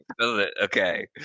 Okay